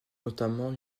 notamment